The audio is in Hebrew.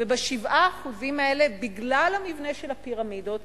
וב-7% האלה, בגלל המבנה של הפירמידות,